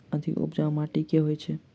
अधिक उपजाउ माटि केँ होइ छै?